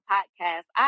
Podcast